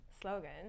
slogan